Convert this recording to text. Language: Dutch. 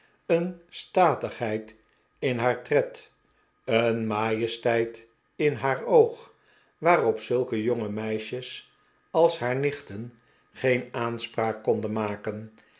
een statigheid in haar tred een majesteit in haar oog waarop zulke jonge meisjes als haar nichten geen aanspraak konden maken